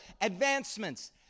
advancements